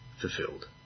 fulfilled